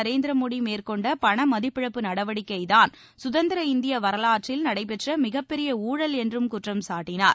நரேந்திர மோடி மேற்கொண்ட பண மதிப்பிழப்பு நடவடிக்கைதான் சுதந்திர இந்திய வரலாற்றில் நடைபெற்ற மிகப்பெரிய ஊழல் என்றும் குற்றம் சாட்டினார்